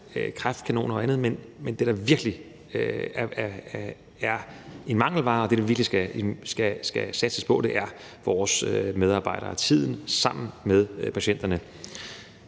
kræftkanoner og andet, men det, der virkelig er en mangelvare, og det, der virkelig skal satses på, er vores medarbejdere og tiden sammen med patienterne.